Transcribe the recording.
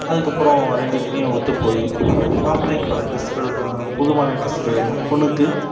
அதுக்கப்புறம் ரெண்டு வீட்லேயும் ஒத்து போய் மாப்பிள்ளைக்கு பல டிரஸ்கள் புது மாலை டிரஸ்களையும் பொண்ணுக்கு